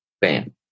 bam